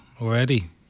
already